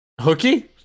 Hooky